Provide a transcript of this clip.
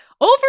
Over